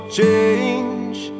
change